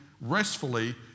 restfully